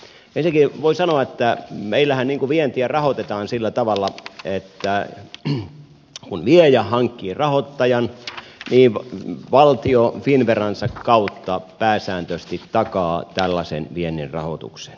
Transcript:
ensinnäkin voin sanoa että meillähän vientiä rahoitetaan sillä tavalla että kun viejä hankkii rahoittajan valtio finnveransa kautta pääsääntöisesti takaa tällaisen viennin rahoituksen